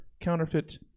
counterfeit